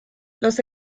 los